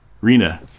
Rina